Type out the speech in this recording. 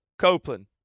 Copeland